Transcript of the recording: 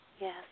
Yes